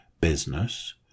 business